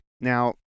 Now